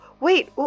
wait